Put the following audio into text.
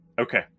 Okay